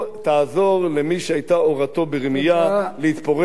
תעזור למי שהיתה הורתו ברמייה להתפורר.